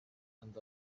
and